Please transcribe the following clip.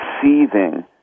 seething